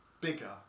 bigger